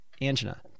angina